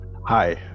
hi